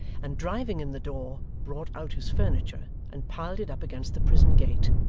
and driving in the door, brought out his furniture, and piled it up against the prison-gate,